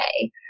okay